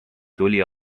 tuli